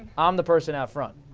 um the person out front.